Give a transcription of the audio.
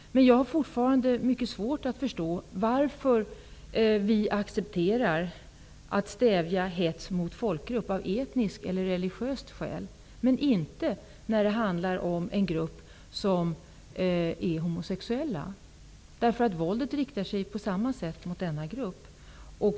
Men jag har fortfarande mycket svårt att förstå varför vi accepterar att stävja hets mot folkgrupp av etniskt eller religiöst skäl, men inte när det handlar om en grupp homosexuella. Våldet riktar sig på samma sätt mot denna grupp.